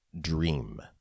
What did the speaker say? Dream